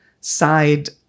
side